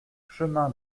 chemin